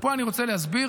ופה אני רוצה להסביר